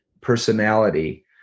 personality